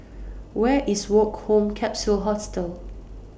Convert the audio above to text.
Where IS Woke Home Capsule Hostel